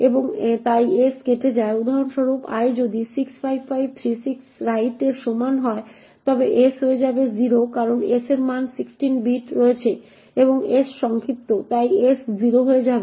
এবং তাই s কেটে যায় উদাহরণস্বরূপ i যদি 65536 রাইট এর সমান হয় তবে s হয়ে যাবে 0 কারণ s এর মান 16 বিট রয়েছে এবং s সংক্ষিপ্ত এবং তাই s 0 হয়ে যাবে